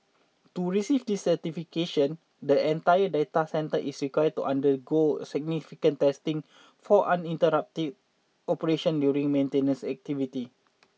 to receive this certification the entire data centre is required to undergo significant testing for uninterrupted operation during maintenance activities